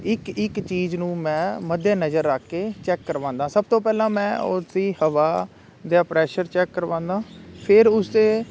ਇੱਕ ਇੱਕ ਚੀਜ਼ ਨੂੰ ਮੈਂ ਮੱਦੇਨਜ਼ਰ ਰੱਖ ਕੇ ਚੈੱਕ ਕਰਵਾਉਂਦਾ ਸਭ ਤੋਂ ਪਹਿਲਾਂ ਮੈਂ ਉਸਦੀ ਹਵਾ ਜਾਂ ਪ੍ਰੈਸ਼ਰ ਚੈੱਕ ਕਰਵਾਉਂਦਾ ਫਿਰ ਉਸਦੇ